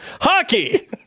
Hockey